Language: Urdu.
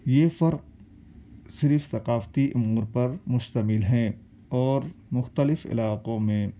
یہ فرق صرف ثقافتی امور پر مشتمل ہیں اور مختلف علاقوں میں